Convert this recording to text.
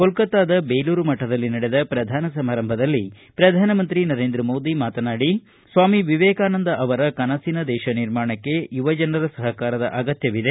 ಕೊಲ್ಕತ್ತಾದ ಬೇಲೂರು ಮಠದಲ್ಲಿ ನಡೆದ ಪ್ರಧಾನ ಸಮಾರಂಭದಲ್ಲಿ ಪ್ರಧಾನಮಂತ್ರಿ ನರೇಂದ್ರ ಮೋದಿ ಮಾತನಾಡಿ ಸ್ವಾಮಿ ವಿವೇಕಾನಂದ ಅವರ ಕನಸಿನ ದೇಶ ನಿರ್ಮಾಣಕ್ಕೆ ಯುವಜನರ ಸಹಕಾರದ ಅಗತ್ವವಿದೆ